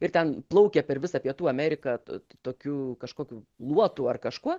ir ten plaukia per visą pietų ameriką tokiu kažkokiu luotu ar kažkuo